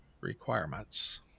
requirements